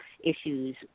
issues